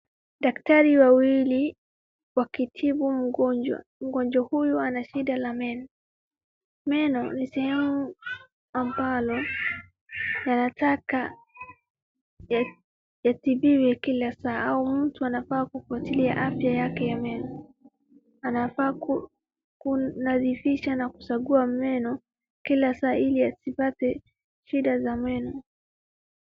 Daktari wawili wakimtibu mgonjwa .Mgonjwa huyu ana shida la meno. Meno ni sehemu ambalo yataka yatibiwe kila saa au mtu anafaa kufwatilia afya yake ya meno. Anafaa kunadhifisha na kusughuwa meno kila saa, ili asipate shida za meno.